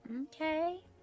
Okay